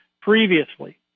previously